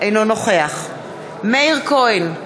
אינו נוכח מאיר כהן,